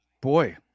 boy